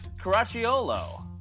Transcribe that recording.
caracciolo